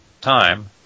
time